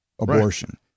abortion